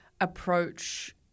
approach